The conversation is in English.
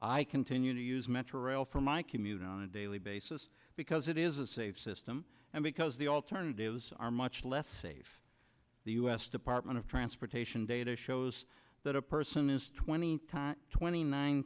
i continue to use metro rail for my commute on a daily basis because it is a safe system and because the alternatives are much less safe the u s department of transportation data shows that a person is twenty twenty nine